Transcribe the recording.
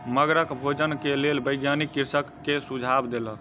मगरक भोजन के लेल वैज्ञानिक कृषक के सुझाव देलक